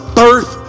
birth